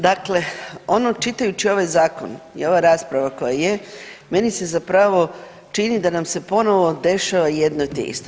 Dakle, čitajući ovaj zakon i ova rasprava koja je meni se zapravo čini da nam se ponovno dešava jedno te isto.